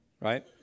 right